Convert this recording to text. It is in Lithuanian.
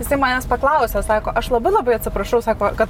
jisai manęs paklausia sako aš labai labai atsiprašau sako kad